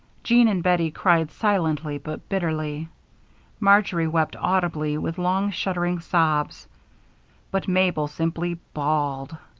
jean and bettie cried silently but bitterly marjory wept audibly, with long, shuddering sobs but mabel simply bawled.